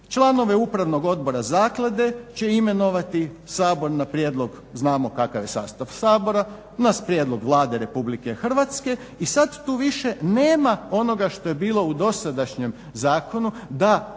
Članove Upravnog odbora zaklade će imenovati Sabor na prijedlog znamo kakav je sastav Sabora, na prijedlog Vlade RH i sad tu više nema onoga što je bilo u dosadašnjem zakonu da